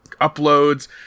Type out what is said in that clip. uploads